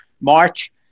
March